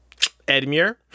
Edmure